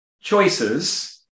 choices